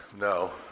No